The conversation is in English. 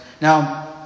Now